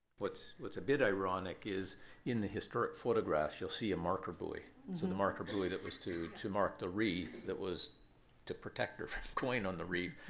what's what's a bit ironic is in the historic photographs, you'll see a marker buoy, so and the marker buoy that was to to mark the reef that was to protect her from going on the reef.